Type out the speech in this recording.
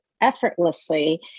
effortlessly